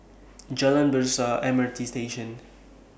Jalan Besar M R T Station